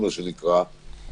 מה שנקרא,